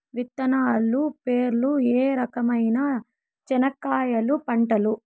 విత్తనాలు పేర్లు ఏ రకమైన చెనక్కాయలు పంటలు?